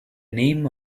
name